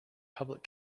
public